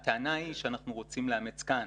זה גם עושה את החיים --- הטענה היא שאנחנו רוצים לאמץ כאן,